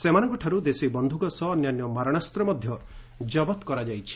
ସେମାନଙ୍କଠାରୁ ଦେଶୀ ବନ୍ଧୁକ ସହ ଅନ୍ୟାନ୍ୟ ମାରଣାସ୍ତ ମଧ୍ୟ ଜବତ କରାଯାଇଛି